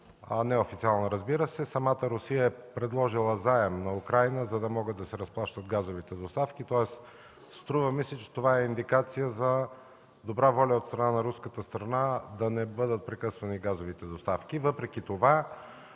неофициална, разбира се, самата Русия е предложила заем на Украйна, за да могат да се разплащат газовите доставки, тоест, струва ми се, че това е индикация за добра воля от страна на руската страна да не бъдат прекъсвани газовите доставки.